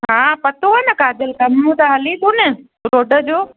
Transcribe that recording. हा पतो आहे न काजल कमु त हले पियो न रोड जो